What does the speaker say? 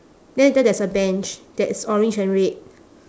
then later there's a bench that's orange and red